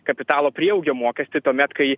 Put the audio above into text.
kapitalo prieaugio mokestį tuomet kai